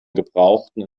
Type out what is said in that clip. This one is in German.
gebrauchten